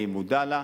אני מודע לה.